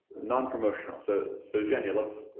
non promotional. so, so jenya, let's,